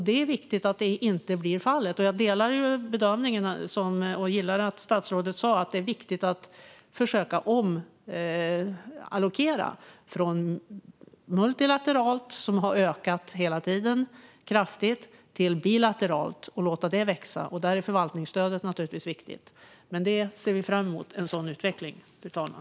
Det är viktigt att så inte blir fallet. Jag instämmer i bedömningen och gillar att statsrådet sa att det är viktigt att försöka allokera om från multilateralt, som har ökat kraftigt hela tiden, till bilateralt och låta det växa. Där är förvaltningsstödet viktigt. Vi ser fram emot en sådan utveckling, fru talman.